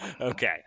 Okay